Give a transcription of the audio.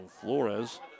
Flores